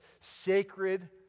sacred